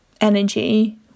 energy